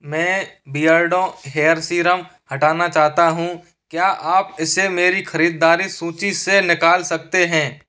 मैं Beardo hair serum हटाना चाहता हूँ क्या आप इसे मेरी ख़रीदारी सूची से निकाल सकते हैं